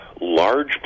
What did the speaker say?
large